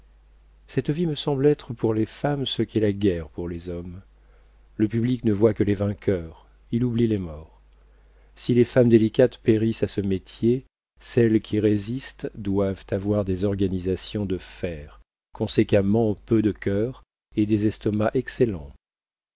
cette vie me semble être pour les femmes ce qu'est la guerre pour les hommes le public ne voit que les vainqueurs il oublie les morts si les femmes délicates périssent à ce métier celles qui résistent doivent avoir des organisations de fer conséquemment peu de cœur et des estomacs excellents